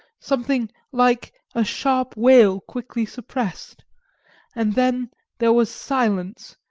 something like a sharp wail quickly suppressed and then there was silence,